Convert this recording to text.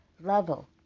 level